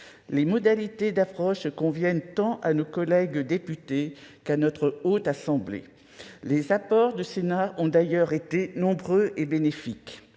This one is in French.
Les modalités d'approche conviennent tant à nos collègues députés qu'au Sénat, dont les apports ont d'ailleurs été nombreux et bénéfiques.